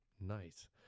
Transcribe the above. Nice